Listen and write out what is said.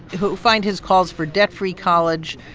who find his calls for debt-free college,